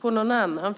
på någon annan.